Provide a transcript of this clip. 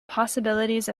possibilities